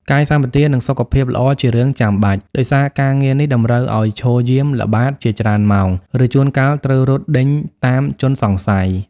កាយសម្បទា និងសុខភាពល្អជារឿងចាំបាច់ ដោយសារការងារនេះតម្រូវឲ្យឈរយាម ល្បាត ជាច្រើនម៉ោង ឬជួនកាលត្រូវរត់ដេញតាមជនសង្ស័យ។